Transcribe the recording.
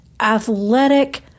athletic